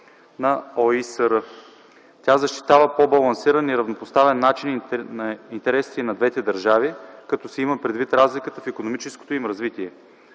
на ОИСР. Тя защитава по балансиран и равнопоставен начин интересите и на двете държави, като се има предвид разликата в икономическото им развитие.